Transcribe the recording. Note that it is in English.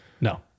No